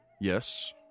Yes